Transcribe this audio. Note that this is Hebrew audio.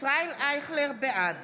בעד